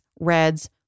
reds